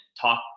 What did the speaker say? talk